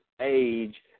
age